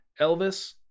Elvis